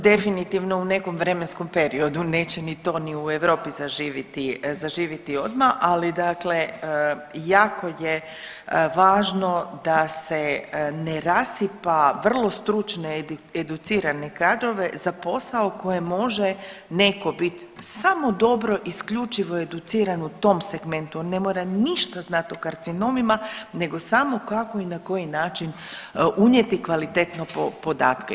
Definitivno u nekom vremenskom periodu neće ni to ni u Europi zaživiti odmah, ali dakle jako je važno da se ne rasipa vrlo stručne educirane kadrove za posao koji može neko bit samo dobro i isključivo educiran u tom segmentu, ne mora ništa znati o karcinomima nego samo kako i na koji način unijeti kvalitetno podatke.